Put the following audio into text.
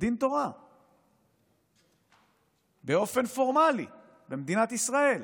דין תורה באופן פורמלי במדינת ישראל.